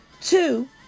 Two